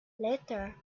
later